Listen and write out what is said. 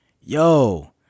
yo